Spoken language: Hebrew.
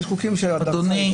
יש חוקים שצריך --- אדוני,